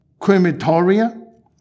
crematoria